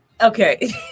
okay